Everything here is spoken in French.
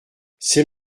c’est